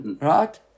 Right